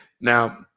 now